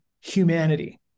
humanity